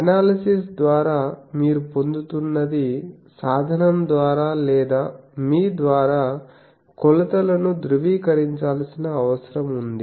analysis ద్వారా మీరు పొందుతున్నది సాధనం ద్వారా లేదా మీ ద్వారా కొలతలను ధృవీకరించాల్సిన అవసరం ఉంది